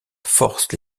force